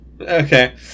Okay